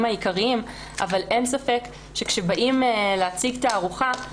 העיקריים אבל אין ספק שכאשר באים להציג תערוכה,